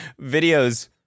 videos